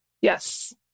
Yes